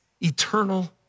eternal